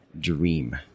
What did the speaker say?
dream